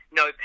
no